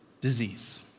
disease